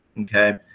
Okay